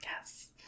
Yes